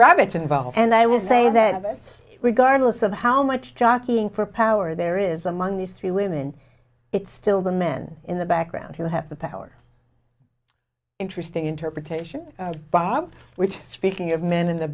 rabbits involved and i would say that regardless of how much jockeying for power there is among these three women it's still the men in the background who have the power interesting interpretation bob which speaking of men in the